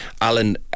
Alan